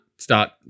start